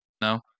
No